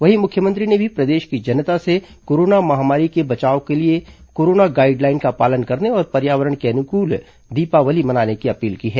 वहीं मुख्यमंत्री ने भी प्रदेश की जनता से कोरोना महामारी से बचाव के लिए कोरोना गाइडलाइन का पालन करने और पर्यावरण के अनुकूल दीपावली मनाने की अपील की है